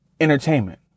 Entertainment